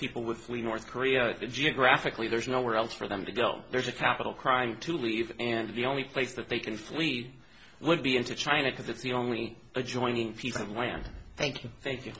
people with lee north korea is geographically there's nowhere else for them to go there's a capital crime to leave and the only place that they can flee would be into china because it's the only adjoining piece of land thank you thank you